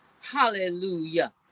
Hallelujah